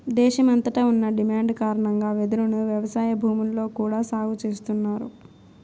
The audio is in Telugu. దేశమంతట ఉన్న డిమాండ్ కారణంగా వెదురును వ్యవసాయ భూముల్లో కూడా సాగు చేస్తన్నారు